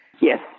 Yes